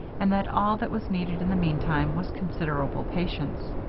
and that all that was needed in the meantime was considerable patience.